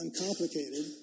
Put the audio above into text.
uncomplicated